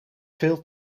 veel